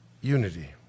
unity